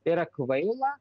tai yra kvaila